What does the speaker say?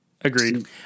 Agreed